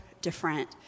different